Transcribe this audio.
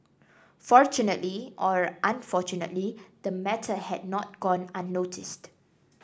fortunately or unfortunately the matter had not gone unnoticed